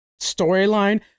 storyline